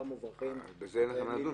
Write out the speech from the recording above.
מוברחות --- בזה אין לנו מה לדון,